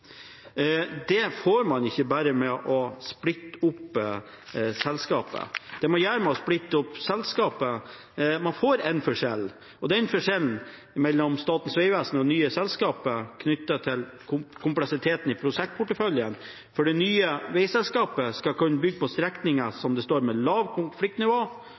Det får man ikke bare ved å splitte opp selskapet. Man får én forskjell, og det er forskjellen mellom Statens vegvesen og det nye selskapet knyttet til kompleksiteten i prosjektporteføljen, for det nye veiselskapet skal kun bygge på strekninger med lavt konfliktnivå, som det står,